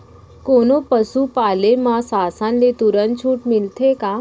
कोनो पसु पाले म शासन ले तुरंत छूट मिलथे का?